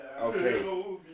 Okay